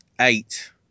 eight